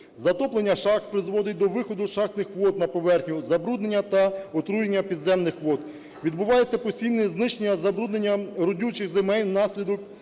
Затоплення шахт призводить до виходу шахтних вод на поверхню, забруднення та отруєння підземних вод. Відбувається постійне знищення, забруднення родючих земель внаслідок